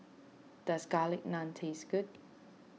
does Garlic Naan taste good